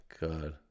God